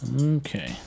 okay